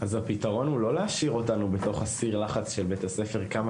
הפתרון הוא לא להשאיר אותנו בתוך סיר הלחץ של בית הספר כמה